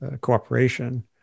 cooperation